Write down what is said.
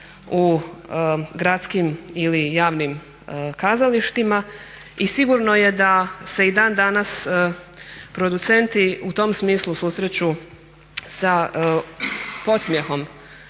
u gradskim ili javnim kazalištima. I sigurno je da se i dan danas producenti u tom smislu susreću sa podsmijehom